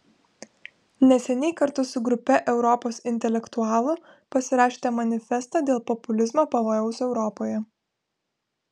neseniai kartu su grupe europos intelektualų pasirašėte manifestą dėl populizmo pavojaus europoje